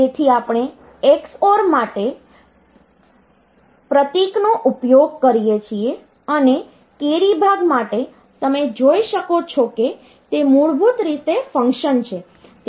તેથી આપણે XOR માટે ⊕ પ્રતીકનો ઉપયોગ કરીએ છીએ અને કેરી ભાગ માટે તમે જોઈ શકો છો કે તે મૂળભૂત રીતે ફંક્શન છે